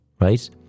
right